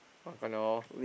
half an hour